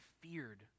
feared